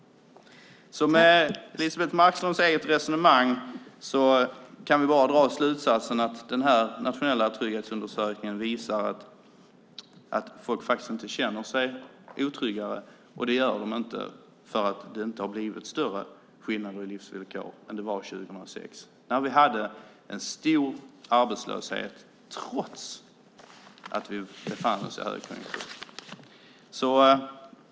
Med Elisebeht Markströms eget resonemang kan vi bara dra slutsatsen att den här nationella trygghetsundersökningen visar att folk faktiskt inte känner sig otryggare. De gör inte det, eftersom det inte har blivit större skillnader i livsvillkoren än det var 2006 när vi hade en stor arbetslöshet trots att vi befann oss i en högkonjunktur.